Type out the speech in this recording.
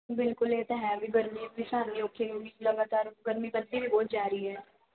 ਬਿਲਕੁਲ ਇਹ ਤਾਂ ਹੈ ਵੀ ਗਰਮੀ ਵੀ ਸਹਾਰਨੀ ਔਖੀ ਹੋਊਗੀ ਲਗਾਤਾਰ ਗਰਮੀ ਵੱਧਦੀ ਵੀ ਬਹੁਤ ਜਾ ਰਹੀ ਹੈ